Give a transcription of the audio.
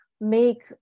make